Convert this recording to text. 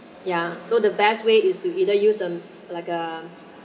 ya so the best way is to either use a like a